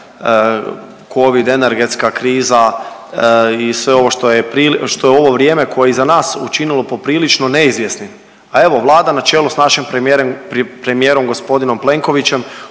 covid, energetska kriza i sve ovo što je ovo vrijeme koje je iza nas učinilo poprilično neizvjesnim. A evo, Vlada na čelu sa našim premijerom gospodinom Plenkovićem